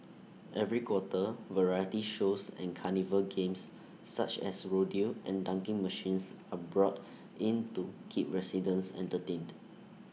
every quarter variety shows and carnival games such as rodeo and dunking machines are brought in to keep residents entertained